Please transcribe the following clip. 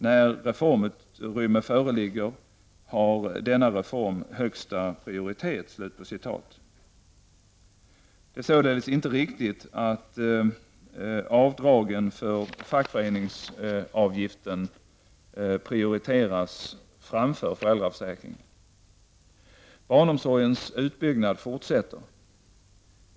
När reformutrymme föreligger har denna reform högsta prioritet.'' Det är således inte riktigt att avdragen för fackföreningsavgiften prioriteras framför föräldraförsäkringen. Barnomsorgens utbyggnad fortsätter.